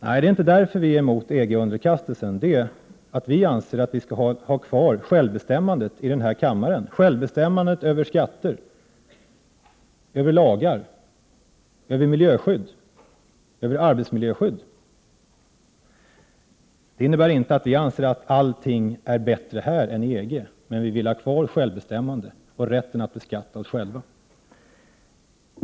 Nej, det är inte därför vi är emot EG underkastelsen, utan det är därför att vi anser att vi skall ha kvar självbestämmandet i den här kammaren över skatter, över lagar, över miljöskydd, över arbetsmiljöskydd. Det innebär inte att vi anser att allting är bättre här än i EG, men vi vill ha kvar självbestämmandet och rätten att beskatta oss själva.